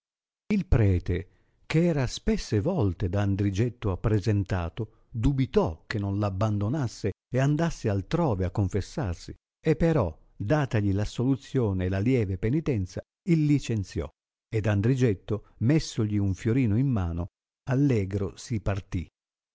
il prete eh era spesse volte da andrigetto appresentato dubitò che non l abbandonasse e andasse altrove a confessarsi e però datagli l'assoluzione e la lieve penitenza il licenziò ed andrigetto messogli un fiorino in mano allegro si parti